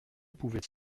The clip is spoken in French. pouvaient